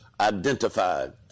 identified